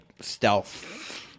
stealth